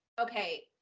okay